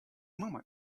moment